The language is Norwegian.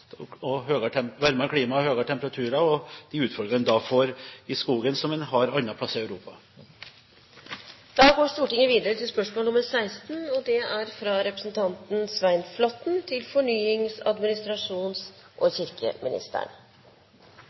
og høyere temperaturer, og de utfordringene vi da får i skogen, som en har andre steder i Europa. Det er et spørsmål til fornyings-, administrasjons- og kirkeministeren: